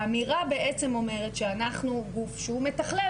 האמירה בעצם אומרת שאנחנו גוף שהוא מתכלל,